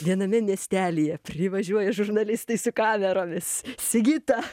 viename miestelyje privažiuoja žurnalistai su kameromis sigita